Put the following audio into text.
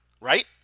right